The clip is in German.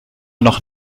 noch